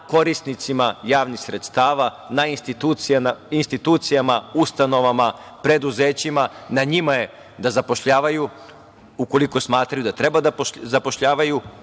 korisnicima javnih sredstava, na institucijama, ustanovama, preduzećima, na njima je da zapošljavaju, ukoliko smatraju da treba da zapošljavaju,